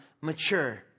mature